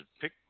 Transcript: pick